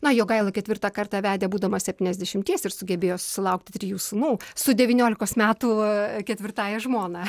na jogaila ketvirtą kartą vedė būdamas septyniasdešimties ir sugebėjo susilaukti trijų sūnų su devyniolikos metų ketvirtąja žmona